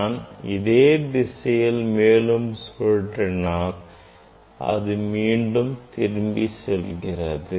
நான் இதே திசையில் மேலும் சுழற்றும் போது அது மீண்டும் திரும்பி செல்கிறது